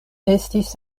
estis